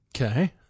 Okay